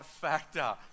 factor